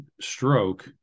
stroke